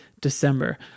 December